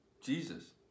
Jesus